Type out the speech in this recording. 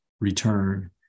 return